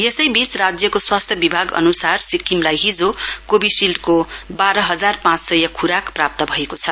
यसैबीच राज्यको स्वास्थ्य विभाग अन्सार सिक्किमलाई हिजो कोविशील्डको बाह्र हजार पाँच सय खुराक प्राप्त भएको छ